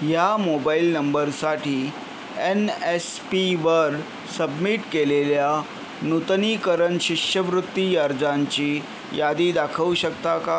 ह्या मोबाइल नंबरसाठी N S पीवर सबमीट केलेल्या नूतनीकरण शिष्यवृत्ती अर्जांची यादी दाखवू शकता का